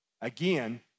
Again